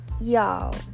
Y'all